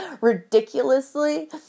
ridiculously